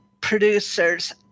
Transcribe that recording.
producers